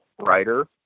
writer